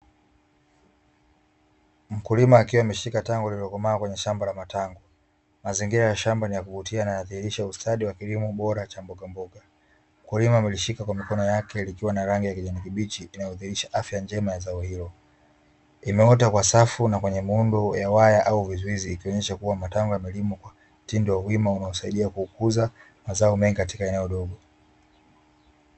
MKulima akishika tango lililokomaa kwenye shamba la matango. Mazingira ya shamba ni ya kuvutia na yadhirisha ustadi wa kilimo bora cha mboga mboga. Mkulima amemshika kwa mikono yake likiwa na rangi ya kijani kibichi kinacho dhirisha afya njema ya zao hilo. Imeota kwa safu na kwa muundo wa waya au vizuizi kuonyesha kuwa matango yamelima mti ndio wima unaosaidia kuuguza mazao mengi katika eneo dogo.